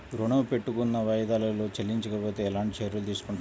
ఋణము పెట్టుకున్న వాయిదాలలో చెల్లించకపోతే ఎలాంటి చర్యలు తీసుకుంటారు?